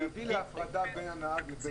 להביא להפרדה בין הנהג לבין הנוסעים.